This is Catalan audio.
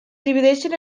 divideixen